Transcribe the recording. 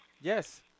Yes